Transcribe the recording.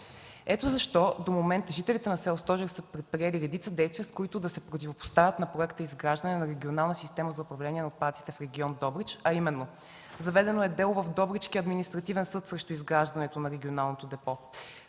Ето защо до момента жителите на село Стожер са предприели редица действия, с които да се противопоставят на Проект „Изграждане на регионална система за управление на отпадъците в регион Добрич”, а именно: заведено е дело в Добричкия административен съд срещу изграждането на регионалното депо;